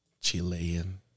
Chilean